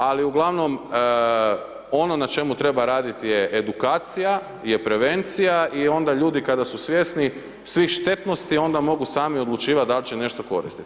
Ali uglavnom ono ona čemu treba raditi je edukacija, je prevencija i onda ljudi kada su svjesni svih štetnosti onda mogu sami odlučivati da li će nešto koristiti.